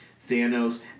Thanos